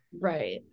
Right